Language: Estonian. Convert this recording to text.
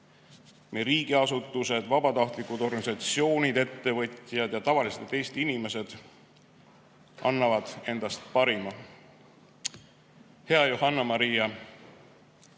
Meie riigiasutused, vabatahtlikud organisatsioonid, ettevõtjad ja tavalised Eesti inimesed annavad endast parima. Hea Johanna-Maria!